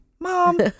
mom